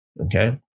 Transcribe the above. Okay